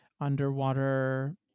underwater